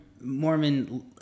Mormon